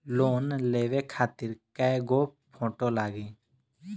Loan लेवे खातिर कै गो फोटो लागी?